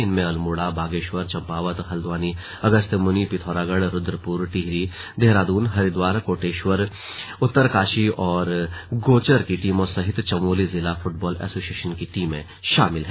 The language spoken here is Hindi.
इनमें अल्मोड़ा बागेश्वर चम्पावत हल्द्वानी अगस्यमुनि पिथौरागढ़ रूद्रपुर टिहरी देहरादून हरिद्वार कोटद्वार उत्तरकाशी और गौचर की टीमों सहित चमोली जिला फुटबॉल एसोसिएशन की टीमें शामिल हैं